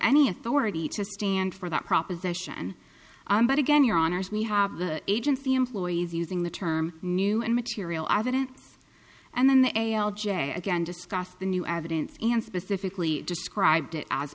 any authority to stand for that proposition but again your honour's we have the agency employees using the term new and material i didn't and then the a l j again discussed the new evidence and specifically described it as